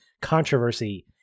controversy